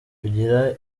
kugira